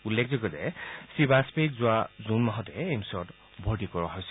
উল্লেখযোগ্য যে শ্ৰীবাজপেয়ীক যোৱা জুন মাহতে এইম্ছত ভৰ্তি কৰোৱা হৈছিল